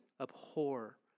abhor